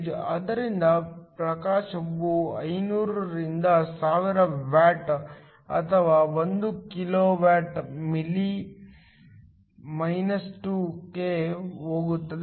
ಆದ್ದರಿಂದ ಪ್ರಕಾಶವು 500 ರಿಂದ 1000 ವ್ಯಾಟ್ ಅಥವಾ 1 ಕಿಲೋ ವ್ಯಾಟ್ ಮೀ 2 ಕ್ಕೆ ಹೋಗುತ್ತದೆ